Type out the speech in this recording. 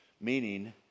Meaning